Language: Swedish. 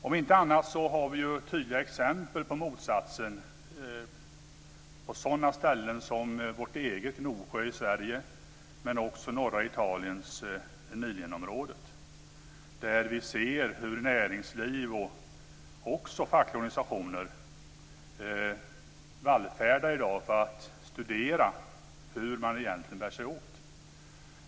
Om inte annat så har vi ju tydliga exempel på motsatsen, t.ex. i vårt eget Gnosjö i Sverige men också i Emiliaområdet i norra Italien. Vi ser hur näringsliv och fackliga organisationer vallfärdar i dag för att studera hur man egentligen bär sig åt.